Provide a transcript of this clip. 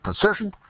precision